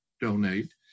donate